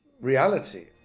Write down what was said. reality